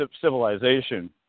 civilization